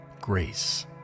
grace